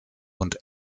und